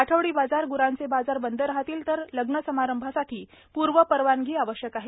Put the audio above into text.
आठवडी बाजार ग्रांचे बाजार बंद राहतील तर लग्न समारंभासाठी पूर्वपरवानगी आवश्यक आहे